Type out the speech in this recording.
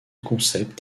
concept